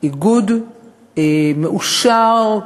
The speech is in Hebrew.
איגוד מאושר,